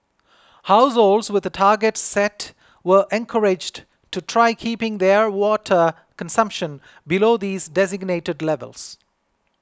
households with targets set were encouraged to try keeping their water consumption below these designated levels